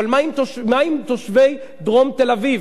אבל מה עם תושבי דרום תל-אביב?